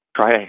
Try